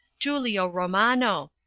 giulio ro mano.